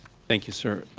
thank you, sir,